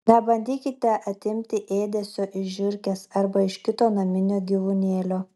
nebandykite atimti ėdesio iš žiurkės arba iš kito naminio gyvūnėlio